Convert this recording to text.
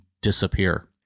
disappear